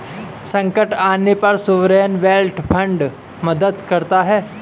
संकट आने पर सॉवरेन वेल्थ फंड मदद करता है